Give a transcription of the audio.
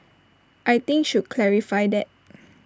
I think should clarify that